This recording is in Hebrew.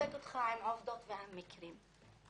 נספק לך עובדות ומקרים.